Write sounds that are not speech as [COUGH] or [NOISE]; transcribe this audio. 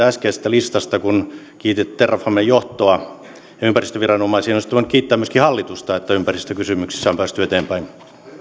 [UNINTELLIGIBLE] äskeisessä listassanne kun kiititte terrafamen johtoa ja ympäristöviranomaisia olisitte voinut kiittää myöskin hallitusta siitä että ympäristökysymyksissä on päästy eteenpäin